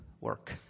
work